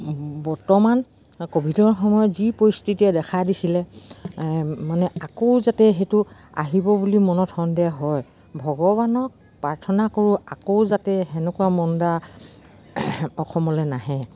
বৰ্তমান ক'ভিডৰ সময়ত যি পৰিস্থিতিয়ে দেখা দিছিলে মানে আকৌ যাতে সেইটো আহিব বুলি মনত সন্দেহ হয় ভগৱানক প্ৰাৰ্থনা কৰোঁ আকৌ যাতে সেনেকুৱা মণ্ডা অসমলৈ নাহে